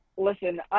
Listen